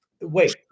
Wait